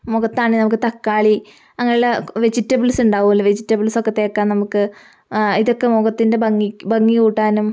മുഖത്താണെങ്കിൽ നമുക്ക് തക്കാളി അങ്ങനെയുള്ള വെജിറ്റബിൾസ് ഉണ്ടാവുമല്ലോ വെജിറ്റബിൾസൊക്കെ തേക്കാം നമുക്ക് ഇതൊക്കെ മുഖത്തിൻ്റെ ഭംഗി ഭംഗി കൂട്ടാനും